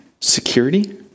Security